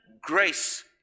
grace